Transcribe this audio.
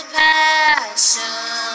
passion